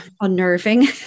unnerving